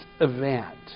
event